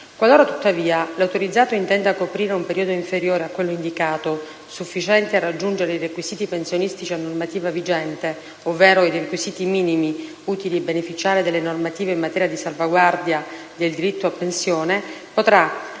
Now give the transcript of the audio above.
Qualora, tuttavia, l'autorizzato intenda coprire un periodo inferiore a quello indicato, sufficiente a raggiungere i requisiti pensionistici a normativa vigente, ovvero i requisiti minimi utili a beneficiare delle normative in materia di salvaguardia del diritto a pensione, potrà,